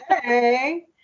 Hey